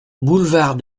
boulevard